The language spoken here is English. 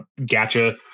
gacha